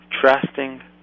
trusting